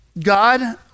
God